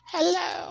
Hello